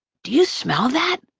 do you smell that?